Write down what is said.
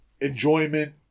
enjoyment